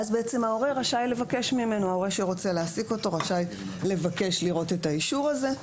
ואז בעצם ההורה שרוצה להעסיק אותו רשאי לבקש לראות את האישור הזה.